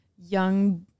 young